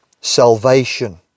salvation